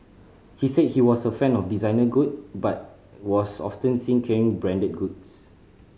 he said she was a fan of designer good but was often seen carrying branded goods